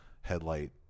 headlight